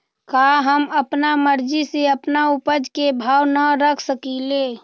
का हम अपना मर्जी से अपना उपज के भाव न रख सकींले?